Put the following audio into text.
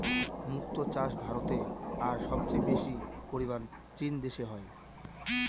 মক্তো চাষ ভারতে আর সবচেয়ে বেশি পরিমানে চীন দেশে হয়